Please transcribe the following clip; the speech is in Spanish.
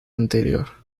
anterior